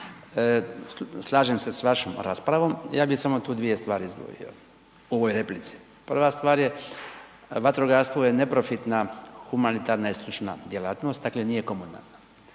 Slažem se s vašom raspravom. Ja bih samo tu dvije stvari izdvojio u ovoj replici. Prva stvar je vatrogastvo je neprofitna humanitarna i stručna djelatnost, dakle nije komunalna